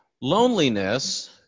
Loneliness